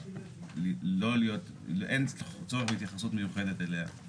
אין אפשרות להתגבר על כל המכשלות שיש,